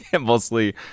Mostly